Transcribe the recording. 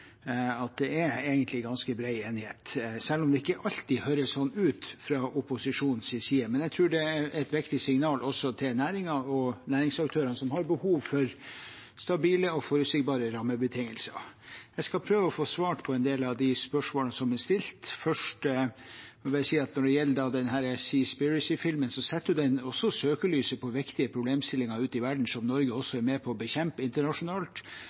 at det egentlig er ganske bred enighet, selv om det ikke alltid høres sånn ut fra opposisjonens side. Men jeg tror det er et viktig signal til næringen og næringsaktørene, som har behov for stabile og forutsigbare rammebetingelser. Jeg skal prøve å få svart på en del av spørsmålene som er stilt. Jeg må bare si at når det gjelder Seaspiracy-filmen, setter den også søkelyset på viktige problemstillinger som er ute i verden, og som Norge også er med på å bekjempe internasjonalt,